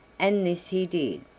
and this he did.